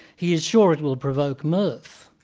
he is sure it will provoke mirth.